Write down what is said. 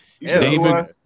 David